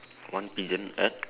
one pigeon at